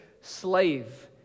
slave